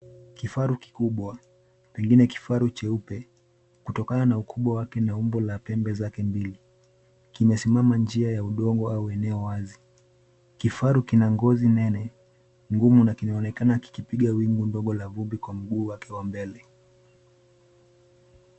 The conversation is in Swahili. Kifaru kikubwa pengine kifaru cheupe, kutokana na ukubwa wake na umbo la pembe zake mbili, kimesimama njia ya udongo au eneo wazi. Kifaru kina ngozi nene, ngumu na kinaonekana kikipiga wimu ndogo la vumbi kwa mguu wake wa mbele.